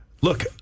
Look